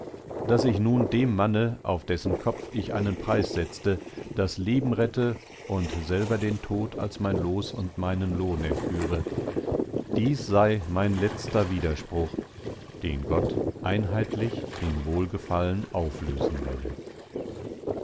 daß ich nun dem manne auf dessen kopf ich einen preis setzte das leben rette und selber den tod als mein los und meinen lohn erküre dies sei mein letzter widerspruch den gott einheitlich in wohlgefallen auflösen wolle